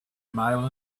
mile